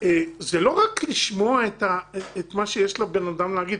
זה לא רק לשמוע את מה שיש לבן אדם להגיד,